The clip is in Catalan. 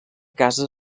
casa